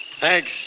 Thanks